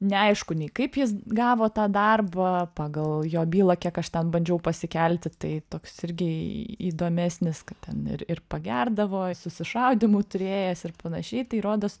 neaišku nei kaip jis gavo tą darbą pagal jo bylą kiek aš ten bandžiau pasikelti tai toks irgi įdomesnis kad ten ir ir pagerdavo susišaudymų turėjęs ir panašiai tai rodos